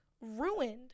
ruined